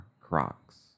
crocs